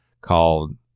called –